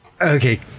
Okay